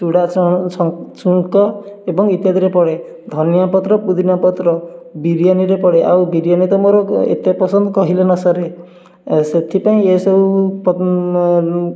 ଚୁଡା ସ ଛଙ୍କ ଛୁଙ୍କ ଏବଂ ଇତ୍ୟାଦିରେ ପଡ଼େ ଧନିଆ ପତ୍ର ପୁଦିନା ପତ୍ର ବିରିୟାନୀରେ ପଡ଼େ ଆଉ ବିରିୟାନୀ ତ ମୋର ଏତେ ପସନ୍ଦ କହିଲେ ନ ସରେ ସେଥିପାଇଁ ଏ ସବୁ